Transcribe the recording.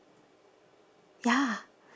ya